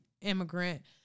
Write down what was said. immigrant